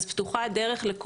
פתוחה הדרך גם